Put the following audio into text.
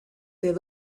they